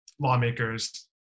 lawmakers